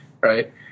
right